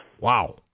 Wow